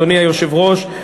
אדוני היושב-ראש,